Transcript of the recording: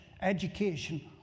education